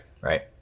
right